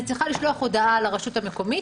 אני צריכה לשלוח הודעה לרשות המקומית,